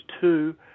two